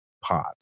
pot